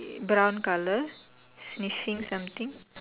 brown colour sniffing something